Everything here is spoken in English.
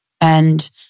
and-